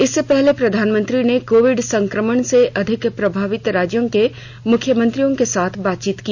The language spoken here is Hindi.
इससे पहले प्रधानमंत्री ने कोविड संक्रमण से अधिक प्रभावित राज्यों के मुख्मंमंत्रियों के साथ बातचीत की